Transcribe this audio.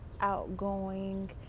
outgoing